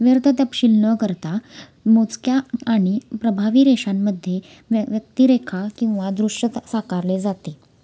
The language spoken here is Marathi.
व्यर्थ तपशिल न करता मोजक्या आणि प्रभावी रेषांमध्ये व्य व्यक्तिरेखा किंवा दृश्य ता साकारले जाते